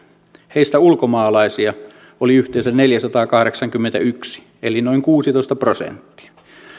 heistä ulkomaalaisia oli yhteensä neljäsataakahdeksankymmentäyksi eli noin kuusitoista prosenttia